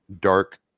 dark